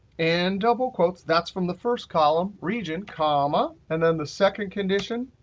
and double quotes that's from the first column region, comma, and then the second condition,